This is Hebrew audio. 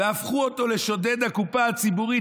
והפכו אותו לשודד הקופה הציבורית,